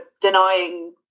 denying